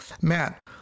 Matt